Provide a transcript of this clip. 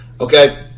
Okay